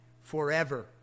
forever